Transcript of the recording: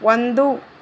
ಒಂದು